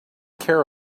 care